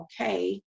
okay